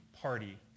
party